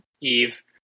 Eve